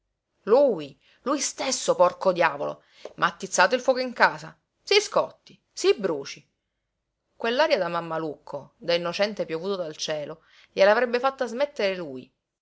lui lui stesso porco diavolo m'ha attizzato il fuoco in casa si scotti si bruci quell'aria da mammalucco da innocente piovuto dal cielo gliel'avrebbe fatta smettere lui